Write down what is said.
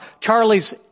Charlie's